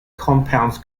compounds